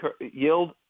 yield